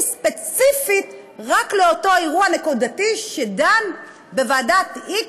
ספציפית רק לאותו אירוע נקודתי שדן בוועדת x,